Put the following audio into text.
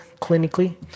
clinically